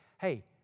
hey